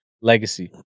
legacy